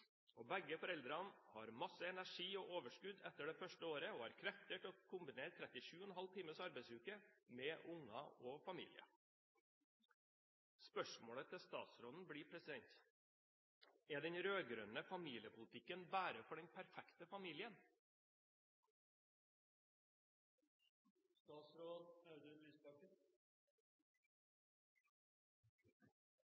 og begge foreldrene har masse energi og overskudd etter det første året og har krefter til å kombinere 37,5 timers arbeidsuke med unger og familie. Spørsmålet til statsråden blir: Er den rød-grønne familiepolitikken bare for den perfekte familien?